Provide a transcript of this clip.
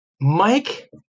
Mike